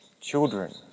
children